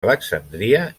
alexandria